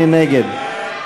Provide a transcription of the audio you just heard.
מי נגד?